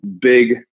big